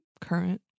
current